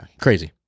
Crazy